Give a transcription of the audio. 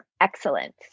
excellent